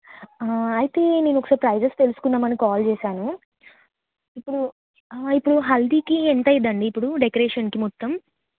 అయితే నేను ఒకసారి ప్రైజెస్ తెలుసుకుందాం అని కాల్ చేసాను ఇప్పడు ఇప్పుడు హల్దీకి ఎంత అయిద్దండి ఇప్పుడు డెకరేషన్కి మొత్తం